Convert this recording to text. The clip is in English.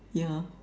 yeah